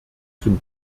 zum